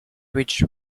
which